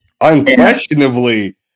Unquestionably